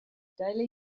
daily